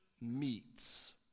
meets